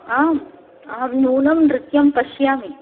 आम् अहं नूनं नृत्यं पश्यामि